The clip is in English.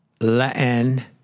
Latin